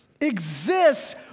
exists